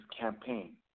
campaign